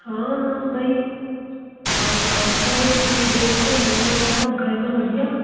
हाँ हाँ भाई कम अब चलो ठीक देखते है और सब घर मे बढ़िया